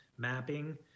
mapping